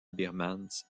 birmans